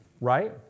Right